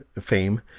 fame